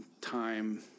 time